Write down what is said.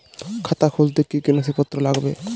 খাতা খুলতে কি কি নথিপত্র লাগবে?